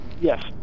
Yes